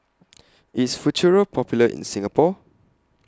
IS Futuro Popular in Singapore